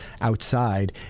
outside